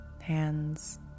hands